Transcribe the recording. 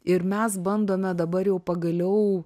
ir mes bandome dabar jau pagaliau